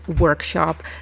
workshop